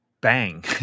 bang